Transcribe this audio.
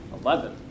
Eleven